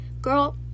girl